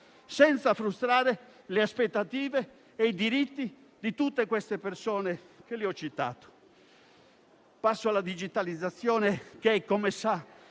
senza frustrare le aspettative e i diritti di tutte quelle categorie che ho citato. Passo alla digitalizzazione che, come sa,